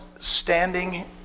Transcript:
standing